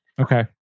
Okay